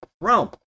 Rome